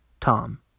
tom